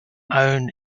own